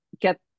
get